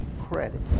credit